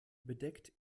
bedeckt